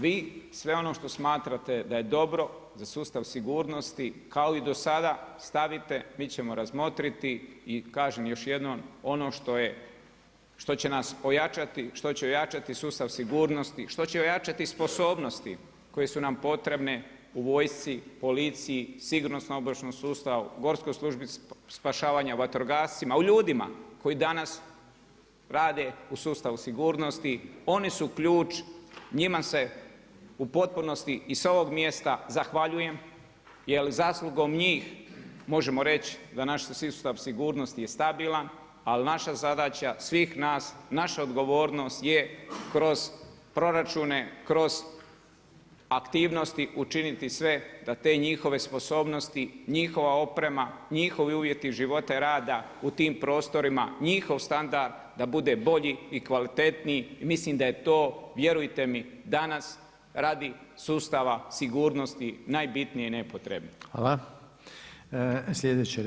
Vi sve ono što smatrate da je dobro za sustav sigurnosti, kao i do sada, stavite, mi ćemo razmotriti i kažem još jednom, ono što će nas ojačati, što će ojačati sustav sigurnosti, što će ojačati sposobnosti koje su nam potrebne u vojsci, policiji, sigurnosnom obavještajnom sustavu, Gorskoj službi spašavanja, vatrogascima, u ljudima koji danas rade u sustavu sigurnosti, oni su ključ, njima se u potpunosti i sa ovog mjesta zahvaljujem, jer zaslugom njih možemo reći da naš sustav sigurnosti je stabilan, ali naša zadaća, svih nas, naša odgovornost je kroz proračune, kroz aktivnosti učiniti sve da te njihove sposobnosti, njihova oprema, njihovi uvjeti života i rada u tim prostorima, njihov standard da bude bolji i kvalitetniji i mislim da je to vjerujete mi, danas radi sustava sigurnosti najbitnije i najpotrebnije.